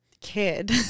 kid